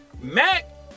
Mac